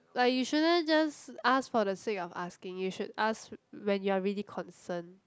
like you shouldn't just ask for the sake of asking you should ask when you're really concern